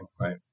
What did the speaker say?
Right